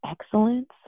excellence